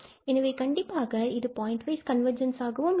எனவே கண்டிப்பாக இது பாயிண்ட் வைஸ் கன்வர்ஜென்ஸ் ஆகவும் இருக்கும்